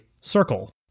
circle